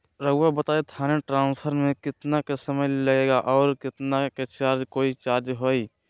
रहुआ बताएं थाने ट्रांसफर में कितना के समय लेगेला और कितना के चार्ज कोई चार्ज होई?